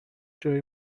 جایی